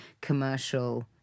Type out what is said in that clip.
commercial